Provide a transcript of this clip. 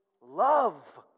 love